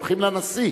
הולכים לנשיא.